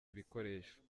ibikoresho